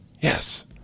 Yes